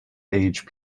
age